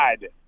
God